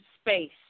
space